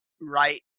right